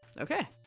Okay